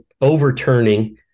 overturning